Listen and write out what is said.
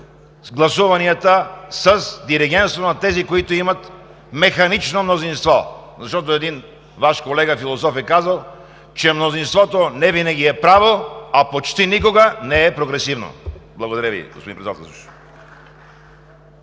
гласуванията с диригентство на тези, които имат механично мнозинство. Защото един Ваш колега философ е казал, че мнозинството не винаги е право, а почти никога не е прогресивно. Благодаря Ви, господин Председателстващ.